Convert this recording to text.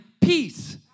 peace